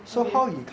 okay